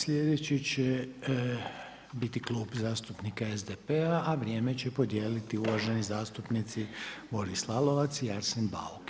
Slijedeći će biti Klub zastupnika SDP-a, vrijeme će podijeliti uvaženi zastupnici Boris Lalovac i Arsen Bauk.